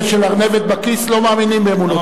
של ארנבת בכיס לא מאמינים באמונות טפלות.